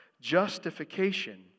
Justification